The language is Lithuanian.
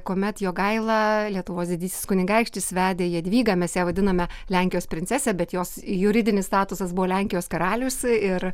kuomet jogaila lietuvos didysis kunigaikštis vedė jadvygą mes ją vadiname lenkijos princese bet jos juridinis statusas buvo lenkijos karalius ir